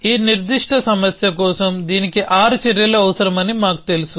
ఈ నిర్దిష్ట సమస్య కోసం దీనికి ఆరు చర్యలు అవసరమని మాకు తెలుసు